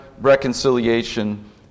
reconciliation